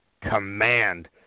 command